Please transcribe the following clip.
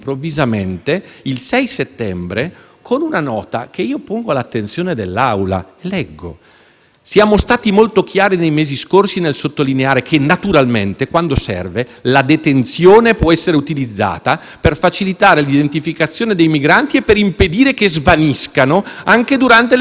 «Siamo stati molto chiari nei mesi scorsi nel sottolineare che naturalmente, quando serve, la detenzione può essere utilizzata per facilitare l'identificazione dei migranti e per impedire che svaniscano anche durante le procedure di asilo. Abbiamo chiesto a tutti gli Stati membri, inclusa l'Italia, di fornire allo scopo centri di accoglienza adeguati,